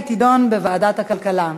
והיא תידון בוועדת הכלכלה.